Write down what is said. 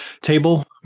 table